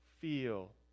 feel